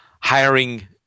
hiring